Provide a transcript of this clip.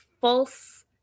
false